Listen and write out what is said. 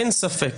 אין ספק